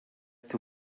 too